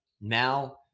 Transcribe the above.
Now